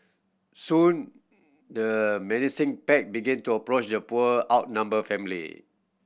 soon the menacing pack began to approach the poor outnumber family